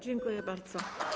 Dziękuję bardzo.